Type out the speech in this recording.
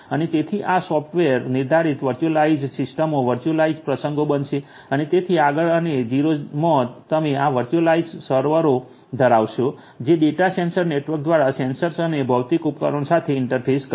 અને તેથી આ સોફ્ટવૅર નિર્ધારિત વર્ચ્યુઅલાઇઝ્ડ સિસ્ટમો વર્ચ્યુઅલાઇઝ્ડ પ્રસંગો બનશે અને તેથી આગળ અને સ્તર 0 માં તમે આ વર્ચ્યુઅલાઇઝ્ડ સર્વરો ધરાવશો જે ડેટા સેંટર નેટવર્ક દ્વારા સેન્સર્સ અને ભૌતિક ઉપકરણો સાથે ઇન્ટરફેસ કરશે